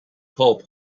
pulp